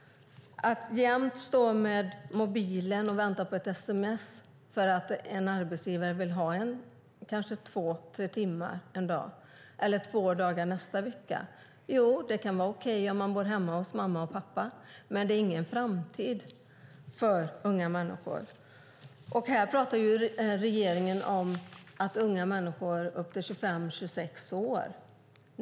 Att jämt stå med mobilen och vänta på ett sms från en arbetsgivare som kanske vill att man ska arbeta två tre timmar en dag eller två dagar nästa vecka kan vara okej om man bor hemma hos mamma och pappa, men det är ingen framtid för unga människor. Här pratar regeringen om unga människor upp till 25-26 år.